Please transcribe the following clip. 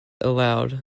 aloud